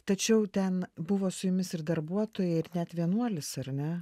tačiau ten buvo su jumis ir darbuotojai ir net vienuolis ar ne